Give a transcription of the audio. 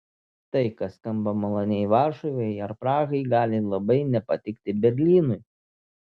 tai kas skamba maloniai varšuvai ar prahai gali labai nepatikti berlynui